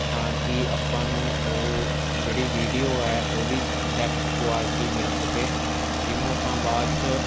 ਤਾਂ ਕਿ ਆਪਾਂ ਨੂੰ ਉਹ ਜਿਹੜੀ ਵੀਡੀਓ ਹੈ ਉਹਦੀ ਡੈਫਟ ਕੁਆਲਿਟੀ ਮਿਲ ਸਕੇ ਜਿਹਨੂੰ ਆਪਾਂ ਬਾਅਦ 'ਚ